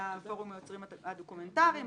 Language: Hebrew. מפורום היוצרים הדוקומנטריים,